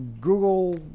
Google